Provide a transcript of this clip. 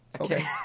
Okay